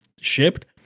shipped